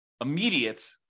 immediate